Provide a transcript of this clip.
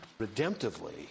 redemptively